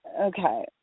okay